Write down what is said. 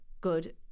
good